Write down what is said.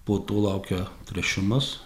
po to laukia tręšimas